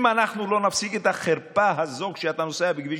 אם אנחנו לא נפסיק את החרפה הזאת כשאתה נוסע בכביש